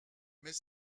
mais